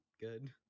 good